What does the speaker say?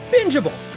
bingeable